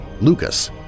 Lucas